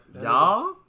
Y'all